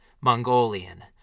Mongolian